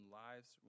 lives